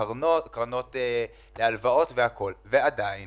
קרנות להלוואות, אבל עדיין